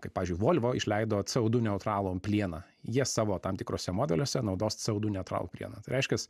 kaip pavyzdžiui volvo išleido c o du neutralų plieną jie savo tam tikruose modeliuose naudos c o du neutralų plieną tai reiškias